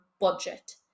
budget